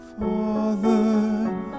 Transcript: Father